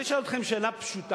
אני שואל אתכם שאלה פשוטה: